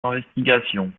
investigations